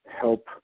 help